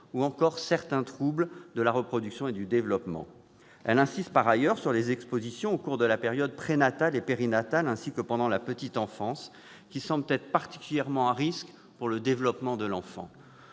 ou encore certains troubles de la reproduction et du développement. Elle insiste par ailleurs sur les expositions au cours de la période prénatale et périnatale, ainsi que pendant la petite enfance, qui semblent être particulièrement à risques pour le développement de l'enfant.